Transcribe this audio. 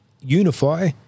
unify